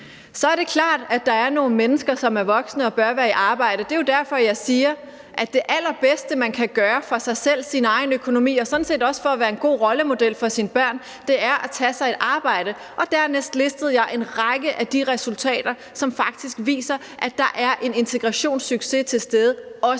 Så er det klart, at der er nogle mennesker, som er voksne og bør være i arbejde. Det er jo derfor, jeg siger, at det allerbedste man kan gøre for sig selv, sin egen økonomi – og sådan set også for at være en god rollemodel for sine børn – er at tage sig et arbejde. Og dermed oplistede jeg en række af de resultater, som faktisk viser, at der er en integrationssucces til stede, også